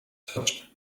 such